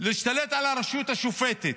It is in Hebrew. להשתלט על הרשות השופטת.